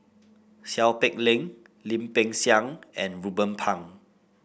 Seow Peck Leng Lim Peng Siang and Ruben Pang